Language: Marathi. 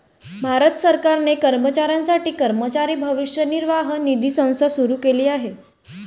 भारत सरकारने कर्मचाऱ्यांसाठी कर्मचारी भविष्य निर्वाह निधी संस्था सुरू केली आहे